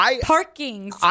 parking